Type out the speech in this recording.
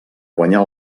guanyar